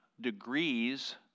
degrees